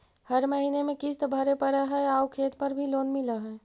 हर महीने में किस्त भरेपरहै आउ खेत पर भी लोन मिल है?